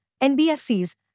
NBFCs